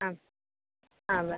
ആ അതെ